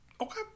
Okay